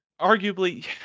arguably